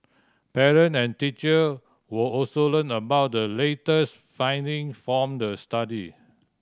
parent and teacher will also learn about the latest finding form the study